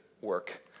work